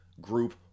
group